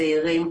צעירים,